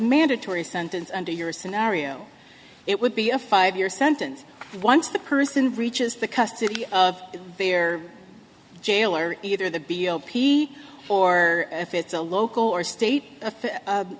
mandatory sentence under your scenario it would be a five year sentence once the person reaches the custody of their jailer either the b o p or if it's a local or state